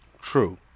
True